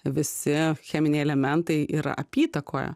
visi cheminiai elementai yra apytakoje